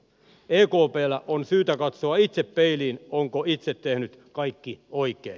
ekplla on syytä katsoa itse peiliin onko itse tehnyt kaikki oikein